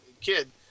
kid